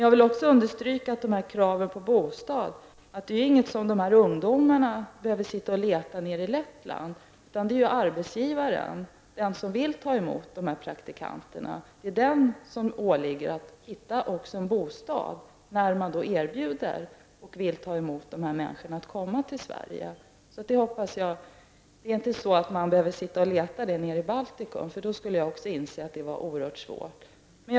Jag vill också angående kraven på bostad understryka att ungdomarna inte behöver sitta i Lettland och leta efter en bostad här, utan det åligger arbetsgivaren, den som vill ta emot praktikanterna, att också hitta en bostad i samband med att han erbjuder dessa människor att komma till Sverige. Också jag inser att det skulle vara oerhört svårt att från Baltikum behöva leta rätt på en bostad här. Men detta är alltså inte fallet.